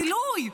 גילוי,